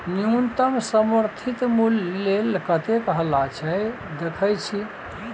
न्युनतम समर्थित मुल्य लेल कतेक हल्ला छै देखय छी